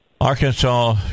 Arkansas